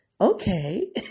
Okay